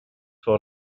for